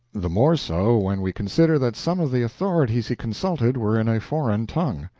the more so when we consider that some of the authorities he consulted were in a foreign tongue.